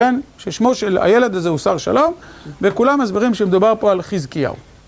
ששמו של הילד הזה הוא שר שלום וכולם מסברים שמדבר פה על חיזקיהו.